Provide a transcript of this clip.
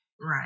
Right